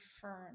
firm